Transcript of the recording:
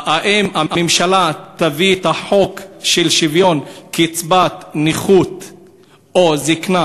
האם הממשלה תביא את החוק של שוויון קצבת נכות או קצבת